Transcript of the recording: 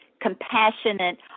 compassionate